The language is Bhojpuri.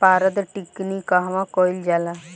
पारद टिक्णी कहवा कयील जाला?